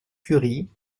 curie